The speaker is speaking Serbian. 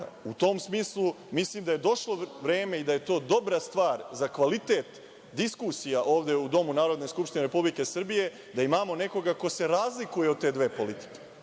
U tom smislu, mislim da je došlo vreme i da je to dobra stvar za kvalitet diskusija ovde u domu Narodne skupštine Republike Srbije da imamo nekoga ko se razlikuje od te dve politike,